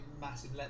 massive